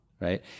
Right